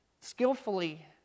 skillfully